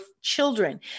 children